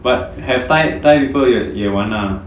but have thai thai people 也玩 lah